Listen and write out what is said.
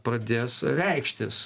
pradės reikštis